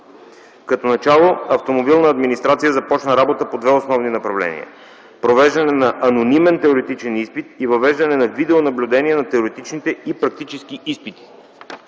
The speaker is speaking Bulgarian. Като начало „Автомобилна администрация” започна работа по две основни направления – провеждане на анонимен теоретичен изпит и въвеждане на видеонаблюдение на теоретичните и практически изпити.